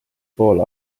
pool